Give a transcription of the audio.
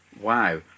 wow